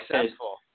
successful